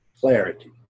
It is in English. clarity